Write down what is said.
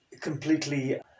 completely